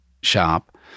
shop